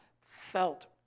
felt